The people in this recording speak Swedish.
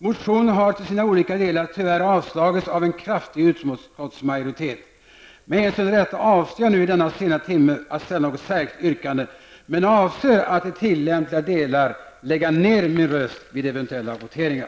Motionen har till sina olika delar tyvärr avstyrkts av en kraftig utskottsmajoritet. Med hänsyn därtill avstår jag från att i denna sena timme ställa något särskilt yrkande, men jag avser att i tillämpliga delar lägga ner min röst vid eventuella voteringar.